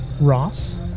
Ross